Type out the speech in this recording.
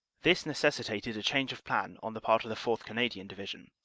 this necessitated a change of plan on the part of the fourth. canadian division,